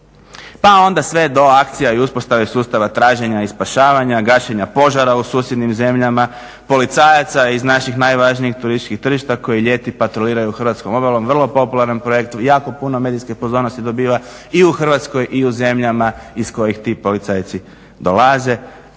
Pa onda sve do akcija i uspostave sustava traženja spašavanja, gašenja požara u susjednim zemljama, policajaca iz naših najvažnijih turističkih tržišta koji ljeti patroliraju hrvatskom obalom. Vrlo popularan projekt jako puno medijske pozornosti dobiva i u Hrvatskoj i u zemljama iz kojih ti policajci dolaze.